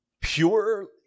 Pure